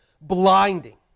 blinding